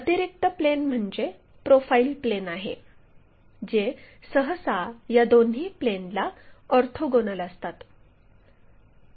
अतिरिक्त प्लेन म्हणजे profile plane आहे जे सहसा या दोन्ही प्लेनला ऑर्थोगोनल असतात